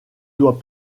doit